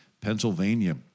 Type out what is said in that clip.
Pennsylvania